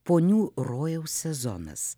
ponių rojaus sezonas